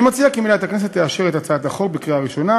אני מציע כי מליאת הכנסת תאשר את הצעת החוק בקריאה ראשונה